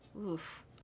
oof